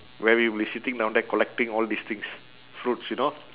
where we'll be sitting down there collecting all these things fruits you know